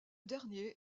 dernier